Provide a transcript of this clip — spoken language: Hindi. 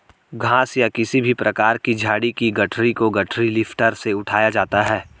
घास या किसी भी प्रकार की झाड़ी की गठरी को गठरी लिफ्टर से उठाया जाता है